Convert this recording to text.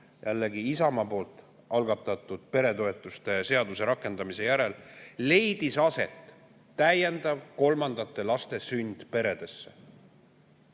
jällegi Isamaa algatatud peretoetuste seaduse rakendamise järel – leidis aset täiendav kolmandate laste sünd peredesse. Nüüd